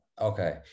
Okay